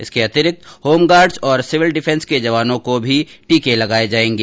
इसके अतिरिक्त home guards और सिविल डिफेंस के जवानों को भी टीके लगाए जाएंगे